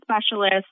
specialist